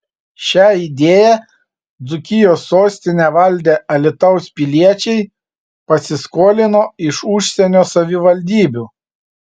šią idėją dzūkijos sostinę valdę alytaus piliečiai pasiskolino iš užsienio savivaldybių